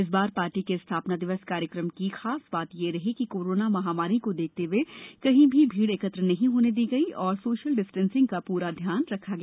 इस बार पार्टी के स्थापना दिवस कार्यक्रम की खास बात यह रही कि कोरोना महामारी को देखते हुए कहीं भी भीड एकत्र नहीं होने दी गयी और सोशल डिस्टेंसिंग का पूरा ध्यान रखा गया